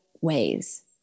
ways